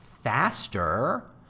faster